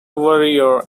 warrior